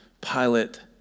Pilate